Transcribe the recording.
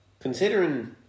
considering